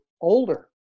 older